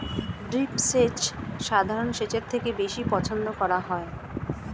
drip সেচ সাধারণ সেচের থেকে বেশি পছন্দ করা হয়